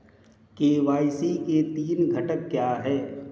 KYC के तीन घटक क्या हैं?